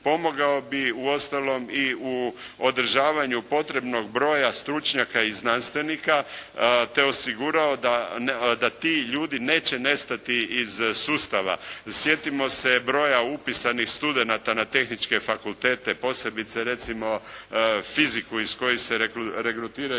pomogao bi uostalom i u održavanju potrebnog broja stručnjaka i znanstvenika te osigurao da ti ljudi neće nestati iz sustava. Sjetimo se broja upisanih studenata na tehničke fakultete posebice recimo fiziku iz koje se regrutiraju